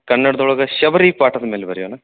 ಕನ್ನಡ್ದ ಒಳಗ ಶಬರಿ ಪಾಠದ ಮೇಲೆ ಬರಿಯೋಣ